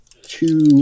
two